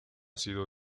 sido